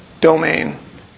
domain